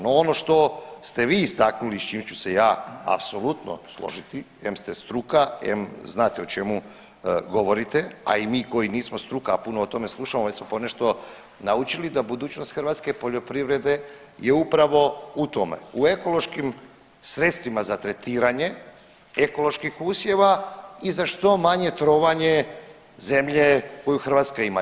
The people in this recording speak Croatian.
No ono što ste vi istaknuli i s čim ću se ja apsolutno složiti, em ste struka, em znate o čemu govorite, a i mi koji nismo struka, a puno o tome slušamo već smo ponešto naučili da budućnost hrvatske poljoprivrede je upravo u tome, u ekološkim sredstvima za tretiranje ekoloških usjeva i za što manje trovanje zemlje koju Hrvatska ima.